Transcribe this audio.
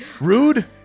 Rude